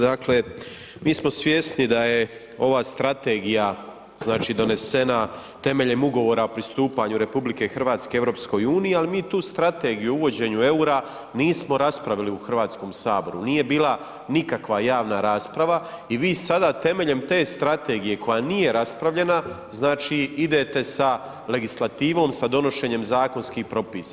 Dakle, mi smo svjesni da je ova strategija, znači donesena temeljem Ugovora o pristupanju RH EU, al mi tu strategiju o uvođenju EUR-a nismo raspravili u HS, nije bila nikakva javna rasprava i vi sada temeljem te strategije koja nije raspravljena, znači idete sa legislativom, sa donošenjem zakonskih propisa.